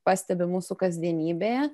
pastebi mūsų kasdienybėje